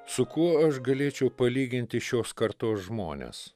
su kuo aš galėčiau palyginti šios kartos žmones